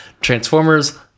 transformers